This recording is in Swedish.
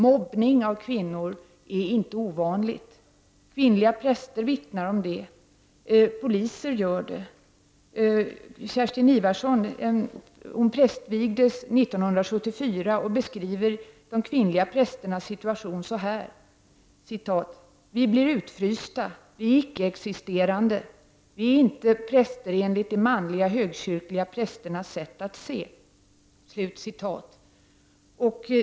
Mobbning av kvinnor är inte ovanligt. Kvinnliga präster vittnar om det liksom poliser. Kerstin Ivarsson prästvigdes 1974 och beskriver de kvinnliga prästernas situation så här: Vi blir utfrysta. Vi är icke-existerande. Vi är inte präster enligt de manliga, högkyrkliga prästernas sätt att se.